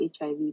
HIV